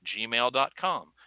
gmail.com